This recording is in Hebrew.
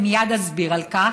ומייד אסביר על כך,